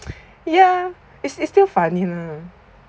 ya it's it's still funny lah mm